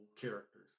characters